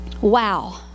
Wow